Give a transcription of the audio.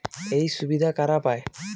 এই সুবিধা কারা পায়?